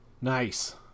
Nice